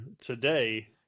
today